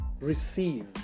Receive